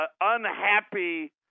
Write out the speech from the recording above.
unhappy